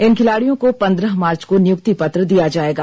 इन खिलाड़ियों को पंद्रह मार्च को नियुक्ति पत्र दिया जाएगा